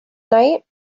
night